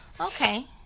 Okay